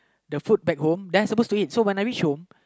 the food back home then I'm supposed to eat so when I reach home